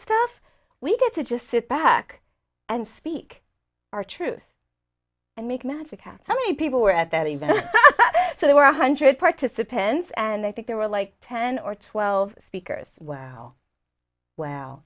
stuff we get to just sit back and speak our truth and make magic hats how many people were at that event so there were one hundred participants and i think there were like ten or twelve speakers wow wow